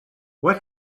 what